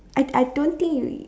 I I don't think you eat